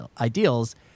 ideals